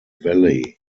valley